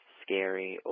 scary